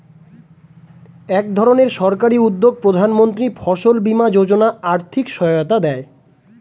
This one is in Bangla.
একধরনের সরকারি উদ্যোগ প্রধানমন্ত্রী ফসল বীমা যোজনা আর্থিক সহায়তা দেয়